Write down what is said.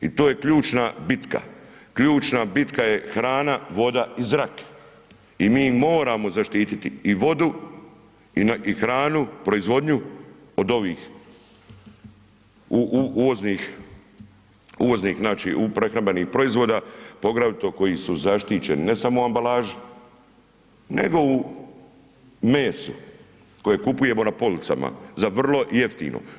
I to je ključna bitka, ključna bitka je hrana, voda i zrak i mi moramo zaštiti i vodu i hranu, proizvodnju od ovih uvoznih prehrambenih proizvoda, poglavito koji su zaštićeni ne samo u ambalaži nego u mesu koje kupujemo na policama za vrlo jeftino.